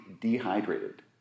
dehydrated